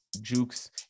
Jukes